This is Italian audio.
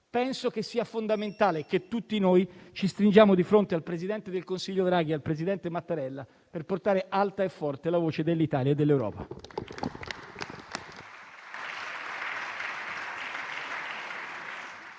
l'Ucraina. È fondamentale che tutti noi ci stringiamo di fronte al presidente del Consiglio Draghi e al presidente Mattarella, per portare alta e forte la voce dell'Italia e dell'Europa.